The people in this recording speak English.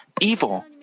evil